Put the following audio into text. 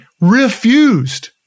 refused